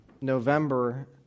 November